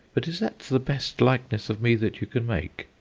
but is that the best likeness of me that you can make?